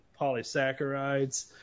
polysaccharides